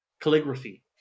calligraphy